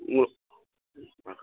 மூ ஆ